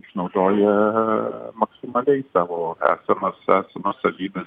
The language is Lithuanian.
išnaudoja maksimaliai savo esamas esamas savybes